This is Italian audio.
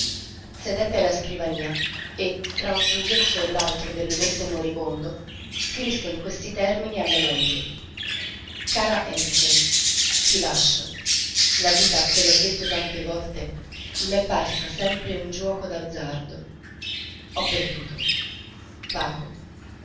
sedette alla scrivania e tra un singhiozzo e l'altro del lumetto moribondo scrisse in questi termini alla moglie cara aennchen ti lascio la vita te l'ho detto tante volte m'è parsa sempre un giuoco d'azzardo ho perduto pago